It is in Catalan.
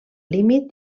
límit